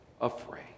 afraid